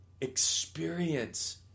experience